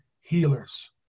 healers